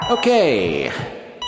Okay